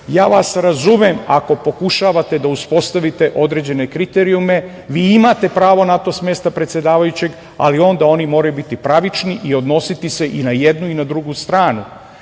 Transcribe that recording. Ja vas razumem ako pokušavate da uspostavite određene kriterijume, vi imate pravo na to s mesta predsedavajućeg, ali onda oni moraju biti pravični i odnositi se i na jednu i na drugu stranu.